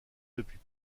depuis